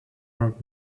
work